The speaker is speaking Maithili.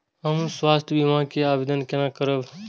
हम स्वास्थ्य बीमा के आवेदन केना करब?